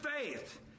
faith